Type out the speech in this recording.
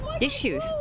issues